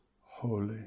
holy